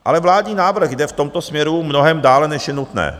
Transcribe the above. Ale vládní návrh jde v tomto směru mnohem dále, než je nutné.